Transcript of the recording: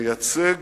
מייצג